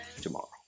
tomorrow